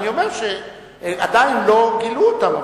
אני אומר שעדיין לא גילו אותם,